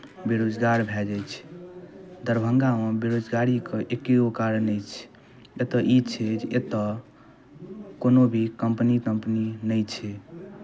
बेरोजगार भए जाइ छै दरभंगामे बेरोजगारीके एक्के गो कारण अछि एतय ई छै जे एतय कोनो भी कम्पनी तम्पनी नहि छै